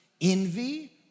envy